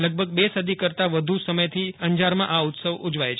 લગભગ બે સદી કરતા વધુ સમયથી અંજારમાં આ ઉત્સવ ઉજવાય છે